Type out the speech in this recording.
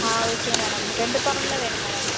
ஆ okay madam ரெண்டு பவுனில் வேணும் மேடம்